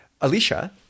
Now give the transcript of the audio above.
Alicia